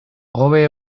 hobe